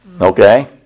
Okay